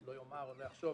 לא יאמר או לא יחשוב